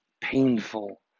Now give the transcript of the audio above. painful